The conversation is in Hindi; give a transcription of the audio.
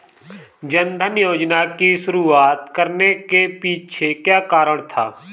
जन धन योजना की शुरुआत करने के पीछे क्या कारण था?